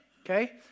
okay